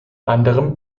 anderem